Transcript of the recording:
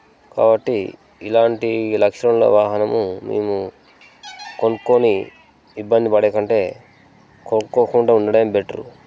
కాబట్టి ఇలాంటి లక్షణము ఉన్న వాహనము మేము కొనుక్కోని ఇబ్బంది పడేకంటే కొనుక్కోకుండా ఉండడం బెటరు